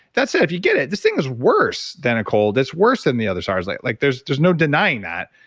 that's it if you get it, this thing is worse than a cold, it's worse than the others sars, like like there's there's no denying that.